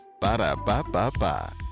Ba-da-ba-ba-ba